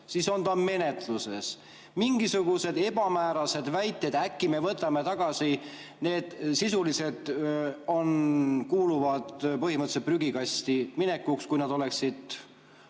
siis on ta menetluses. Igasugused ebamäärased väited, et äkki me võtame tagasi, kuuluvad põhimõtteliselt prügikasti minekule, kui nad oleksid